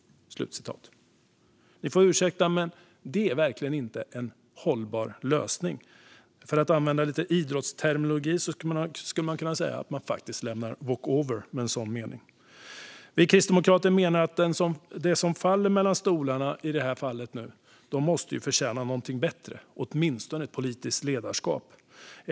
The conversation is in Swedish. Ni får ursäkta men detta är verkligen inte hållbar lösning. Man kan, för att använda sig av idrottsterminologi, säga att regeringen lämnar walkover. Vi kristdemokrater menar att de som här faller mellan stolarna förtjänar något bättre, åtminstone ett politiskt ledarskap.